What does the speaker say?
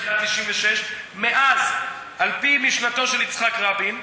תחילת 1996, מאז, על-פי משנתו של יצחק רבין,